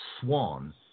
swan